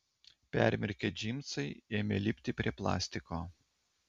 permirkę džinsai ėmė lipti prie plastiko